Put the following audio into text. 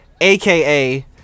AKA